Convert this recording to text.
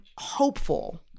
hopeful